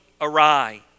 awry